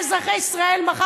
לאזרחים.